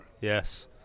Yes